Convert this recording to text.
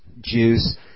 juice